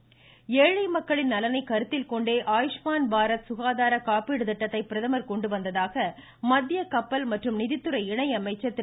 பொன்னாா் ஏழை மக்களின் நலனை கருத்தில்கொண்டே ஆயுஷ்மான் பாரத் சுகாதார காப்பீடு திட்டத்தை பிரதமர் கொண்டுவந்ததாக மத்திய கப்பல் மற்றும் நிதித்துறை இணையமைச்சர் திரு